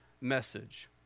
message